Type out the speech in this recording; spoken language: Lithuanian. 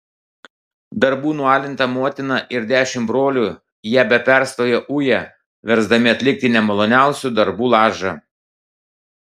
darbų nualinta motina ir dešimt brolių ją be perstojo uja versdami atlikti nemaloniausių darbų lažą